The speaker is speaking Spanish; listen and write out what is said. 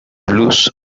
blues